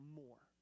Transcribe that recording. more